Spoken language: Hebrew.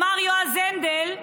אמר יועז הנדל: